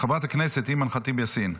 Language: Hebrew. אימאן ח'טיב יאסין.